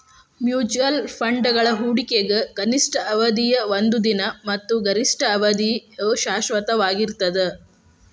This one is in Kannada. ಮ್ಯೂಚುಯಲ್ ಫಂಡ್ಗಳ ಹೂಡಿಕೆಗ ಕನಿಷ್ಠ ಅವಧಿಯ ಒಂದ ದಿನ ಮತ್ತ ಗರಿಷ್ಠ ಅವಧಿಯ ಶಾಶ್ವತವಾಗಿರ್ತದ